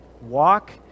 walk